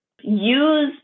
use